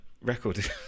record